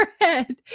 head